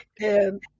and-